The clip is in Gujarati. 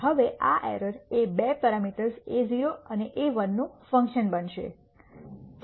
હવે આ એરર એ બે પેરામીટર્સ a₀ અને a1 નું ફંક્શન બનશે